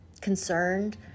concerned